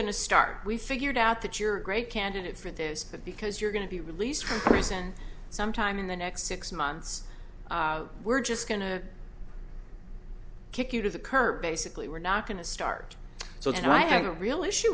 to start we figured out that you're a great candidate for this but because you're going to be released from prison sometime in the next six months we're just going to kick you to the curb basically we're not going to start so and i have a real issue